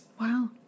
Wow